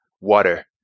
Water